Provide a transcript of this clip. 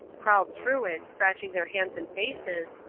crawled through it, scratching their hands and faces,